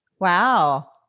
Wow